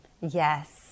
Yes